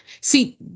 See